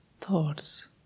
thoughts